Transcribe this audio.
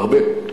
הרבה.